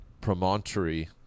promontory